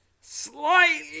Slightly